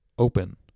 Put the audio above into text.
open